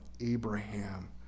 Abraham